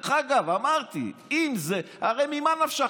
דרך אגב, אמרתי, אם זה, הרי ממה נפשך?